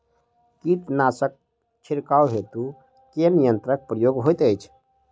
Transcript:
कीटनासक छिड़काव हेतु केँ यंत्रक प्रयोग होइत अछि?